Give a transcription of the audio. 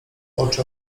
oczy